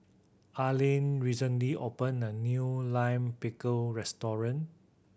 Aline recently opened a new Lime Pickle restaurant